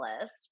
list